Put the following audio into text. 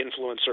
influencer